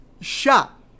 Shot